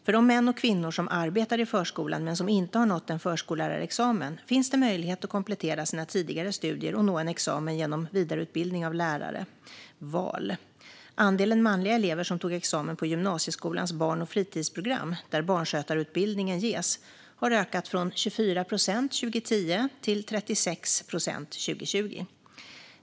För de män och kvinnor som arbetar i förskolan men som inte har nått en förskollärarexamen finns det möjlighet att komplettera sina tidigare studier och nå en examen genom vidareutbildning av lärare, VAL. Andelen manliga elever som tog examen på gymnasieskolans barn och fritidsprogram, där barnskötarutbildning ges, har ökat från 24 procent 2010 till 36 procent 2020.